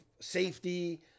safety